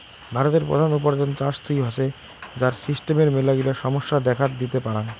ভারতের প্রধান উপার্জন চাষ থুই হসে, যার সিস্টেমের মেলাগিলা সমস্যা দেখাত দিতে পারাং